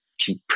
cheap